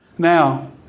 Now